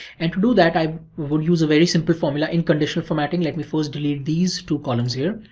and to do that i will use a very simple formula in conditional formatting. let me first delete these two columns here,